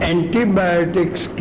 Antibiotics